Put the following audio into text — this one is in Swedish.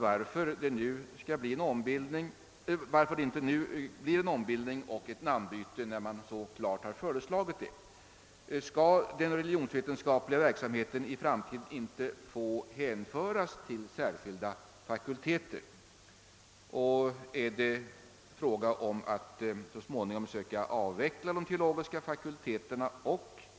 Varför sker det inte nu en ombildning och ett namnbyte när man så klart föreslagit detta? | Skall den = religionsvetenskapliga. : verksamheten i framtiden inte få hänföras till särskilda fakulteter? Är det fråga om att så småningom söka avveckla de teologiska fakulteterna och.